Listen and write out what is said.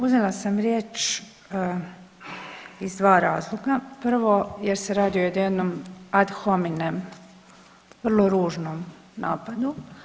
Uzela sam riječ iz dva razloga, prvo jer se radi o jednom ad hominem, vrlo ružnom napadu.